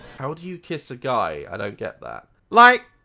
how would you kiss a guy? i don't get that. like